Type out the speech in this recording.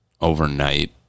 overnight